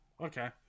Okay